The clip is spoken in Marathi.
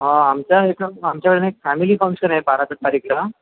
हा आमच्या एक आमच्याकडं ना एक फॅमिली फंक्शन आहे बारा तारीखला